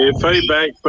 feedback